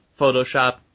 Photoshop